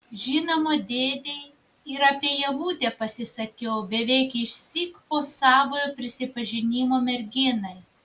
žinoma dėdei ir apie ievutę pasisakiau beveik išsyk po savojo prisipažinimo merginai